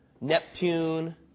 Neptune